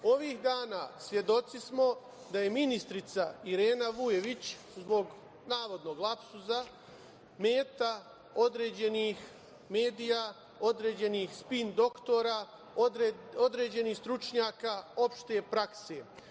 Ovih dana svedoci smo da je ministrica Irena Vujović, zbog navodnog lapsusa, meta određenih medija, određenih spin-doktora, određenih stručnjaka opšte prakse.